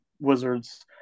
Wizards